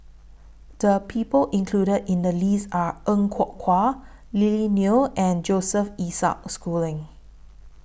The People included in The list Are Er Kwong Wah Lily Neo and Joseph Isaac Schooling